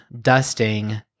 dusting